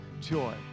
Joy